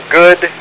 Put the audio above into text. good